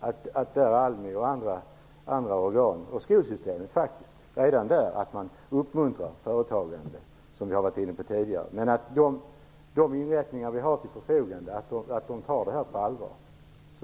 Redan i skolsystemet bör man uppmuntra företagande, som vi har varit inne på tidigare. Vi tror att de inrättningar vi har till förfogande tar det här på allvar.